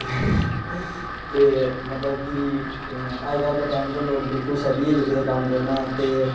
ते मतलब कि अजकल दे टाइम उपर लोग बिल्कुल छडी गै चुके दे कम्म करना ते